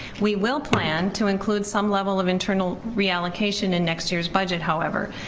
we will plan to include some level of internal reallocation in next year's budget however.